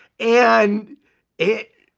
and it,